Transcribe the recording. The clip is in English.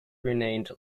renamed